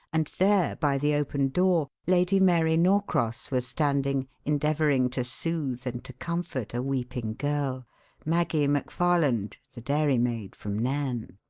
and there by the open door lady mary norcross was standing endeavouring to soothe and to comfort a weeping girl maggie mcfarland, the dairymaid from nairn.